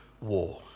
war